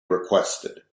requested